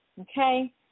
Okay